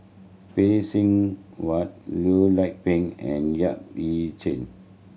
Phay Seng Whatt Loh Lik Peng and Yap Ee Chian